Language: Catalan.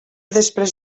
després